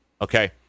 okay